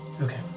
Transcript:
Okay